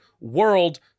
WORLD